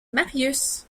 marius